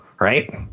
Right